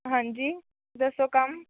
ਹਾਂਜੀ ਦੱਸੋ ਕੰਮ